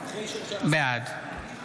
בעד